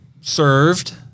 served